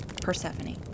Persephone